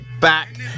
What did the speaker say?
back